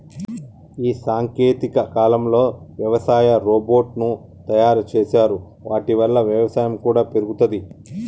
ఈ సాంకేతిక కాలంలో వ్యవసాయ రోబోట్ ను తయారు చేశారు వాటి వల్ల వ్యవసాయం కూడా పెరుగుతది